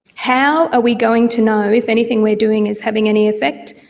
how are we going to know if anything we are doing is having any effect?